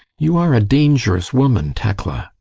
you are a dangerous woman, tekla!